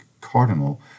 cardinal